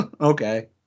okay